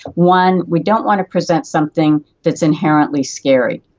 one, we don't want to present something that's inherently scary,